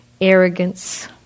Arrogance